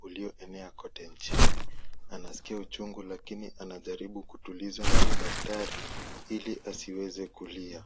ulio enea kote nchini. Anaskia uchungu lakini anajaribu kutulizwa na madaktari ili asiweze kulia.